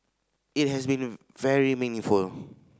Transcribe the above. it has been very meaningful